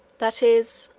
that is,